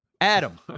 adam